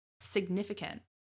significant